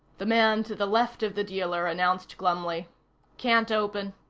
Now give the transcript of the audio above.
the man to the left of the dealer announced glumly can't open.